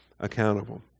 accountable